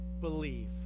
believe